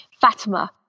Fatima